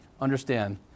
understand